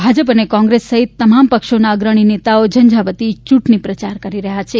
ભાજપ અને કોંગ્રેસ સહિત તમામ પક્ષોના અગ્રણી નેતાઓ ઝંઝાવતી ચૂંટણી પ્રચાર કરી રહ્યા છે